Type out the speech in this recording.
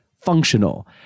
functional